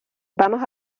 vamos